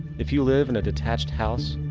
if you live in a detached house,